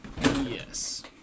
Yes